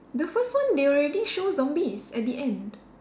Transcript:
the first one they already show zombies at the end